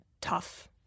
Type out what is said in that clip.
tough